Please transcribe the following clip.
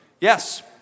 Yes